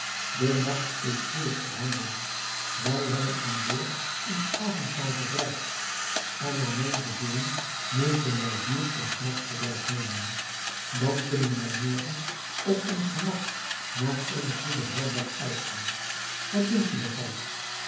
de nacht is spoedig op handen wij hebben aan boord ons avondmaal gebruikt en naar mijn gevoelen moesten wij hier ons nachtverblijf nemen dan kunnen wij morgen op ons gemak naar eene goede herberg uitzien wat dunkt u daarvan